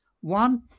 One